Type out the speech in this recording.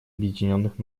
объединенных